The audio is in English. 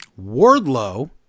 Wardlow